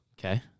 Okay